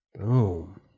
Boom